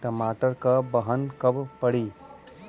टमाटर क बहन कब पड़ी?